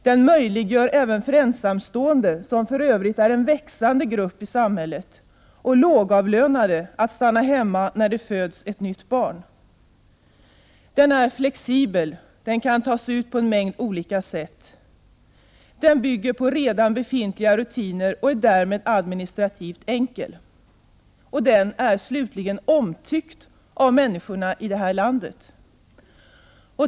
Den möjliggör även för ensamstående, för övrigt en växande grupp i samhället, och lågavlönade att stanna hemma när det föds ett nytt barn. = Den är flexibel, den kan tas ut på en mängd olika sätt. —- Den bygger på redan befintliga rutiner och är därmed administrativt enkel. —- Den är omtyckt av människorna i det här landet.